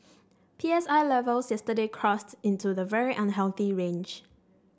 P S I levels yesterday crossed into the very unhealthy range